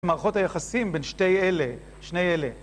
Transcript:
מערכות היחסים בין שתי אלה, שני אלה